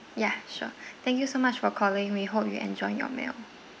yeah sure thank you so much for calling we hope you enjoy your meal